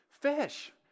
Fish